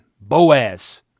Boaz